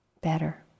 better